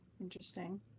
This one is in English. interesting